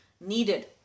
needed